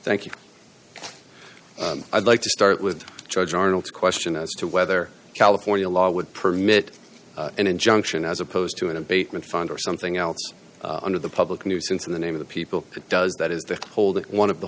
thank you i'd like to start with judge arnold's question as to whether california law would permit an injunction as opposed to an abatement fund or something else under the public nuisance in the name of the people it does that is the whole that one of the